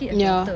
ya